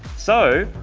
so,